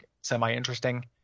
semi-interesting